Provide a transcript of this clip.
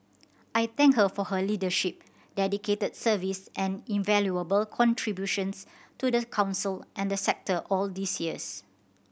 I thank her for her leadership dedicated service and invaluable contributions to the Council and the sector all these years